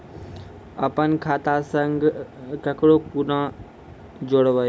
अपन खाता संग ककरो कूना जोडवै?